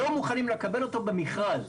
לא מוכנים לקבל אותו במכרז.